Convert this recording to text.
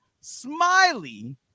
Smiley